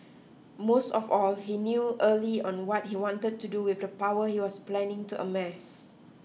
most of all he knew early on what he wanted to do with the power he was planning to amass